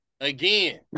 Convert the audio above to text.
Again